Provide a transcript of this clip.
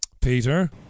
Peter